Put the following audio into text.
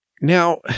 Now